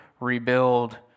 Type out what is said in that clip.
rebuild